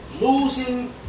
losing